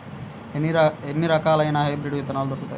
ఎన్ని రకాలయిన హైబ్రిడ్ విత్తనాలు దొరుకుతాయి?